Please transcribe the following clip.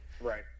Right